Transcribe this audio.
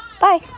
bye